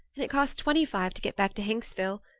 and it costs twenty-five to get back to hinksville.